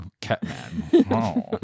Catman